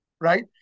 right